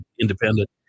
independent